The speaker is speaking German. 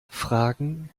fragen